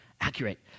accurate